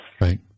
Right